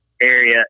area